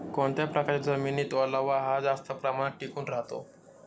कोणत्या प्रकारच्या जमिनीत ओलावा हा जास्त प्रमाणात टिकून राहतो?